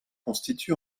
constitue